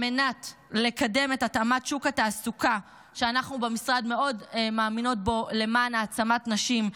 על מנת לקדם את התאמת שוק התעסוקה למען העצמת נשים,